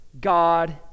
God